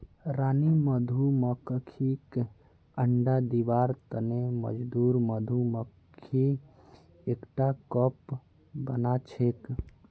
रानी मधुमक्खीक अंडा दिबार तने मजदूर मधुमक्खी एकटा कप बनाछेक